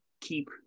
keep